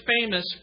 famous